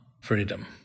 freedom